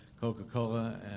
Coca-Cola